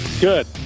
Good